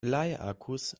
bleiakkus